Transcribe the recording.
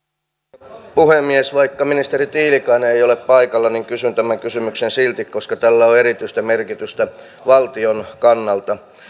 arvoisa puhemies vaikka ministeri tiilikainen ei ei ole paikalla niin kysyn tämän kysymyksen silti koska tällä on erityistä merkitystä valtion kannalta